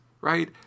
right